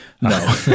No